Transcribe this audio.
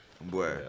Boy